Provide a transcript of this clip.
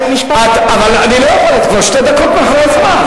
את כבר שתי דקות אחרי הזמן.